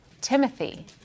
Timothy